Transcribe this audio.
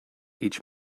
each